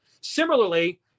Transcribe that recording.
Similarly